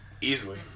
Easily